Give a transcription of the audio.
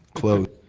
closed.